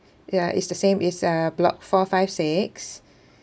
ya it's the same is uh block four five six